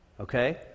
okay